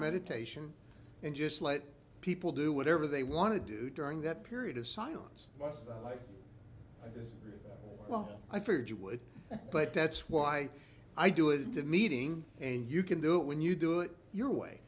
meditation and just let people do whatever they want to do during that period of silence just like yes well i figured you would but that's why i do is the meeting and you can do it when you do it your way